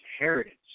inheritance